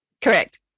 Correct